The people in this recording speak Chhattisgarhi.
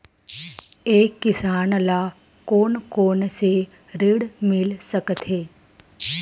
एक किसान ल कोन कोन से ऋण मिल सकथे?